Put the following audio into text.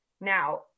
now